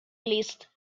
list